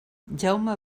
jaume